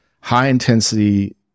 high-intensity